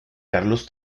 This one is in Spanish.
carlos